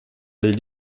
les